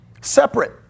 Separate